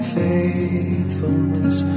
faithfulness